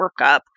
workup